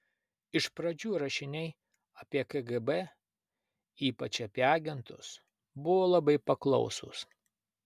iš pradžių rašiniai apie kgb ypač apie agentus buvo labai paklausūs